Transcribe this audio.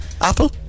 Apple